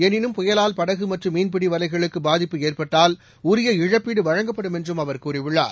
எனினும் புயலால் படகுமற்றும் மீன்பிடிவலைகளுக்குபாதிப்பு ஏற்பட்டால் உரிய இழப்பீடுவழங்கப்படும் என்றும் அவர் கூறியுள்ளார்